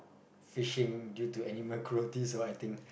fishing due to animal cruelties or I think